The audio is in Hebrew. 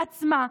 בעצמה,